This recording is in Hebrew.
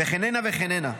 ועוד כהנה וכהנה.